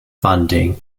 funding